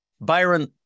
Byron